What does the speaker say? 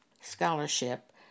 scholarship